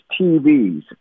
TVs